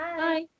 Bye